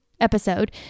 episode